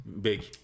Big